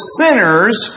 sinners